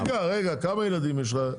ברוכי, כמה ילדים יש לך?